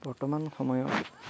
বৰ্তমান সময়ত